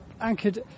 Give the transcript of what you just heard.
anchored